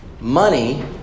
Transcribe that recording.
money